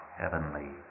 heavenly